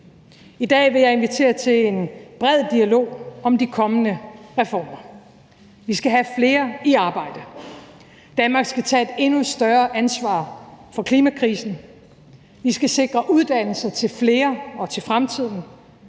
I dag vil jeg invitere til en bred dialog om de kommende reformer. Vi skal have flere i arbejde, Danmark skal tage et endnu større ansvar for klimakrisen, og vi skal sikre uddannelse til flere og til fremtiden,